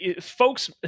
folks